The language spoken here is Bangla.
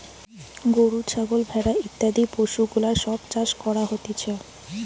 গরু, ছাগল, ভেড়া ইত্যাদি পশুগুলার সব চাষ করা হতিছে